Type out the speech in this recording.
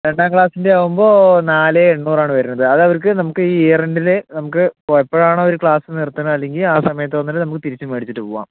രണ്ടാ ക്ലാസിൻ്റെ ആവുമ്പോൾ നാല് എണ്ണൂറ് ആണ് വരുന്നത് അത് അവർക്ക് നമുക്ക് ഈ ഇയർ എന്റില് നമുക്ക് എപ്പോഴാണോ ഇവർ ക്ലാസ് നിർത്തുന്നത് അല്ലെങ്കിൽ ആ സമയത്ത് വന്നിട്ട് നമുക്ക് തിരിച്ചു മേടിച്ചിട്ട് പോവാം